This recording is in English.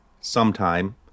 sometime